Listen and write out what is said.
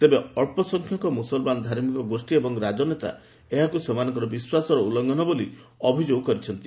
ତେବେ ଅଳ୍ପ ସଂଖ୍ୟକ ମୁସଲମାନ ଧାର୍ମିକ ଗୋଷ୍ଠୀ ଏବଂ ରାଜନେତା ଏହାକୁ ସେମାନଙ୍କର ବିଶ୍ୱାସର ଉଲ୍ଲଙ୍ଘନ ବୋଲି ଅଭିଯୋଗ କରିଛନ୍ତି